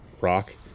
rock